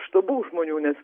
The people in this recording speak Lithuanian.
štabų žmonių nes